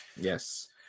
Yes